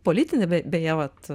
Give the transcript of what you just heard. politinė beje vat